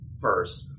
first